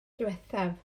ddiwethaf